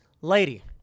lady